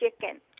chicken